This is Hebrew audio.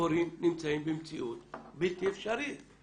הורים נמצאים במציאות בלתי אפשרית.